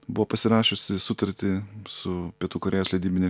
buvo pasirašiusi sutartį su pietų korėjos leidybine